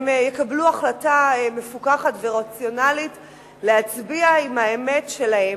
הם יקבלו החלטה מפוכחת ורציונלית להצביע עם האמת שלהם.